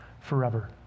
forever